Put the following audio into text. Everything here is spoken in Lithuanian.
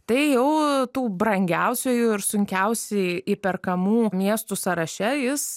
tai jau tų brangiausiųjų ir sunkiausiai įperkamų miestų sąraše jis